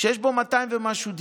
שיש בו 200 ומשהו דירות.